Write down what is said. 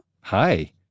Hi